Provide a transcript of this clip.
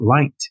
light